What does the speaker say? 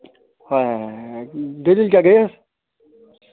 ہاے ہاے ہاے ہاے دٔلیٖل کیٛاہ گٔیَس